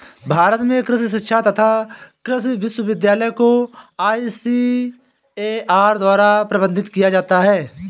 भारत में कृषि शिक्षा तथा कृषि विश्वविद्यालय को आईसीएआर द्वारा प्रबंधित किया जाता है